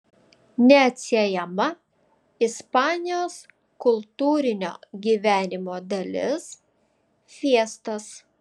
neatsiejama ispanijos kultūrinio gyvenimo dalis fiestos